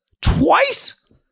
Twice